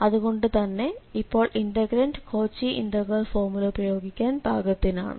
അതുകൊണ്ടു തന്നെ ഇപ്പോൾ ഇന്റഗ്രന്റ് കോച്ചി ഇന്റഗ്രൽ ഫോർമുല പ്രയോഗിക്കാൻ പാകത്തിനാണ്